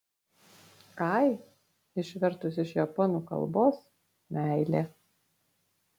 ai išvertus iš japonų kalbos meilė